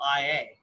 IA